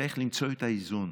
צריך למצוא את האיזון.